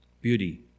Beauty